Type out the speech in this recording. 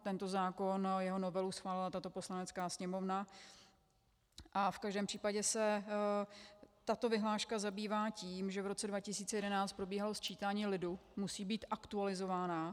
Tento zákon, jeho novelu, schválila tato Poslanecká sněmovna a v každém případě se tato vyhláška zabývá tím, že v roce 2011 probíhalo sčítání lidu a musí být aktualizována.